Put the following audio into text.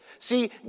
See